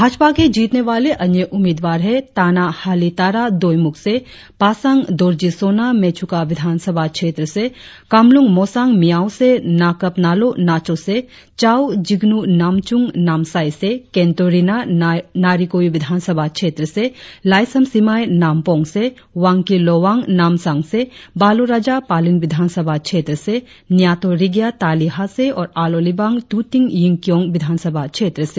भाजपा के जीतने वाले अन्य उम्मीदवार है ताना हाली तारा दोईमुख से पासांग दोरजी सोना मेचूका विधानसभा क्षेत्र से कामलुंग मोसांग मिआओ से नाकप नालों नाचों से चाउ जिग्नू नामचूम नामसाई से केंतो रिना नारी कोयू विधानसभा क्षेत्र से लाईसम सिमाई नामपोंग से वांकी लोवांग नामसांग से बालो राजा पालिन विधानसभा से न्यातो रिग्या तालिहा से और आलो लिबांग तुतिन यिंगकियोंग विधानसभा क्षेत्र से